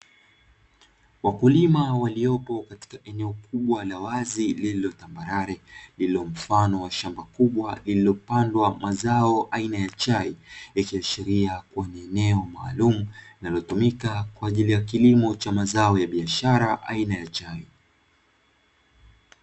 Wakulima waliopo katika eneo kubwa la wazi lililo tambarare, lililo mfano wa shamba kubwa lililopandwa mazao aina ya chai, likiashiria kuwa ni eneo maalumu, linalotumika kwa ajili ya kilimo cha mazao ya biashara aina ya chai.